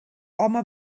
home